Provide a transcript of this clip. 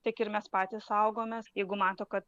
tiek ir mes patys saugomės jeigu mato kad